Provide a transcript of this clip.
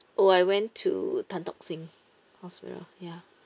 oh I went to tan tock seng hospital ya